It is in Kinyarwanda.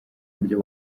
buryo